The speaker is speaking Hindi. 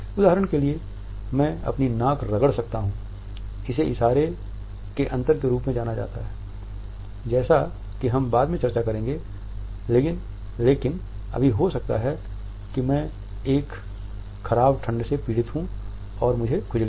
उदाहरण के लिए मैं अपनी नाक रगड़ सकता हूं इसे इशारे के अंतर के रूप में जाना जाता है जैसा कि हम बाद में चर्चा करेंगे लेकिन अभी हो सकता है कि मैं एक खराब ठंड से पीड़ित हूं और मुझे खुजली है